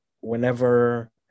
Whenever